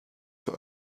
für